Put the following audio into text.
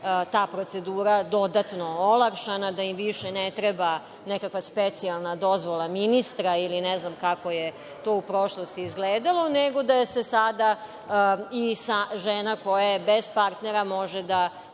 ta procedura dodatno olakšana, da im više ne treba nekakva specijalna dozvola ministra, ne znam kako je to u prošlosti izgledalo, nego da se sada žena koja je bez partnera može